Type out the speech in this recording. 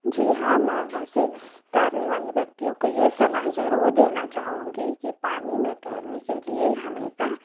जी हाँ मैं ऐसे तैरने वाले व्यक्तियों को यह सलाह ज़रूर देना चाहूँगी कि पानी में तैरने के लिए हमेशा